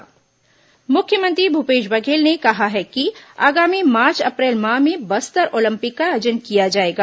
Bastar Olympic मुख्यमंत्री भूपेश बघेल ने कहा है कि आगामी मार्च अप्रैल माह में बस्तर ओलंपिक का आयोजन किया जाएगा